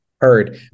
heard